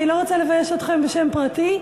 אני לא רוצה לבייש אתכם ולקרוא בשם פרטי,